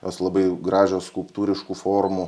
jos labai gražios skulptūriškų formų